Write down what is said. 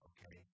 Okay